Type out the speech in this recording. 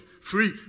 free